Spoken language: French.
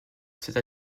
c’est